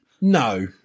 no